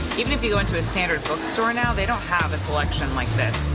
even if you go into a standard bookstore now, they don't have a selection like this.